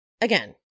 Again